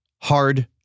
hard